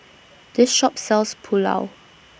This Shop sells Pulao